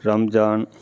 Ramzan